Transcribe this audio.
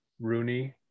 Rooney